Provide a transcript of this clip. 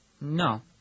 No